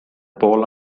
pool